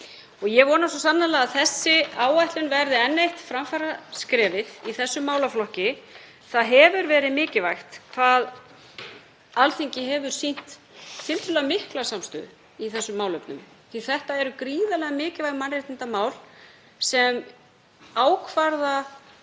Ég vona svo sannarlega að þessi áætlun verði enn eitt framfaraskrefið í þessum málaflokki. Það hefur verið mikilvægt hvað Alþingi hefur sýnt tiltölulega mikla samstöðu í þessum málefnum því að þetta eru gríðarlega mikilvæg mannréttindamál sem ákvarða